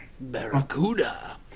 Barracuda